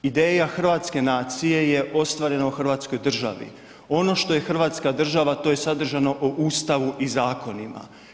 Ideja hrvatske nacije je ostvareno u hrvatskoj državi, ono što je hrvatska država, to je sadržano u Ustavu i zakonima.